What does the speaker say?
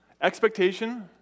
Expectation